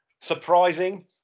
surprising